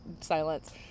silence